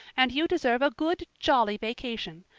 and you deserve a good, jolly vacation.